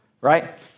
Right